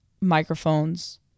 microphones